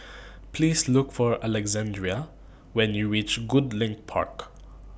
Please Look For Alexandrea when YOU REACH Goodlink Park